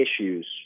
issues